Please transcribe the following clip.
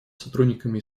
сотрудниками